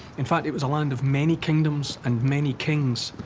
in fact, it was a land of many kingdoms and many kings.